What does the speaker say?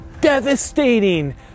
Devastating